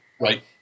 Right